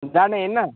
जाने होइन